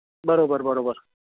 બરાબર બરાબર